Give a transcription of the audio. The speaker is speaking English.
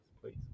please